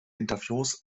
interviews